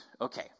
Okay